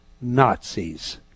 Nazis